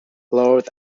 lord